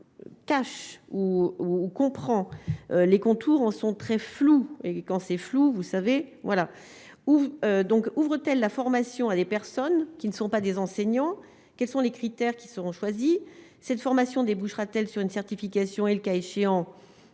cash ou comprend les contours en sont très flous et quand c'est flou, vous savez, voilà où donc ouvre-t-elle la formation à des personnes qui ne sont pas des enseignants, quels sont les critères qui seront choisis cette formation débouchera-t-elle sur une certification et, le cas échéant,